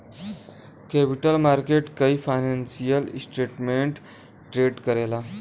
capital market कई financial instrument trade करला